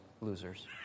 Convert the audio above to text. losers